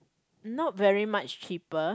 not very much cheaper